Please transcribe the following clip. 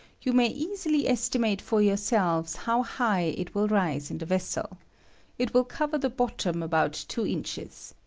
you may easily estimate for yourselves how high it will rise in the vessel it will cov er the bottom about two inches.